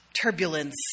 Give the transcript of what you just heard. turbulence